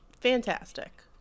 fantastic